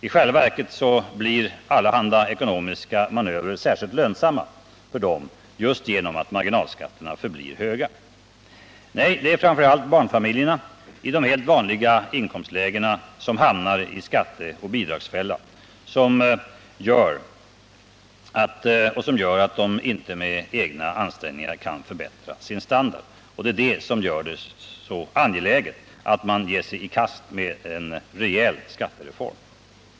I själva verket blir allehanda ekonomiska manövrer särskilt lönsamma för dem just genom att Nr 55 marginalskatterna förblir höga. Nej, det är framför allt barnfamiljerna i de helt vanliga inkomstlägena som hamnar i skatteoch bidragsfällan, vilket gör att de inte med egna ansträngningar kan förbättra sin standard. Det är detta som gör det så angeläget att ge sig i kast med en rejäl skattereform.